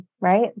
right